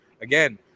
again